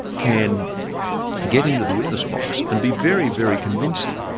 can get into the witness box and be very, very convincing.